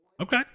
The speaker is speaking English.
Okay